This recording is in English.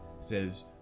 says